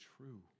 true